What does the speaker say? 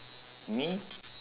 me